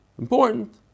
Important